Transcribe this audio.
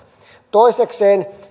toisekseen